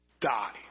die